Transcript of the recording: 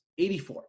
84